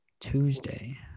Tuesday